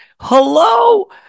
Hello